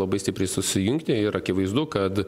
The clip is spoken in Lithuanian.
labai stipriai susijungti ir akivaizdu kad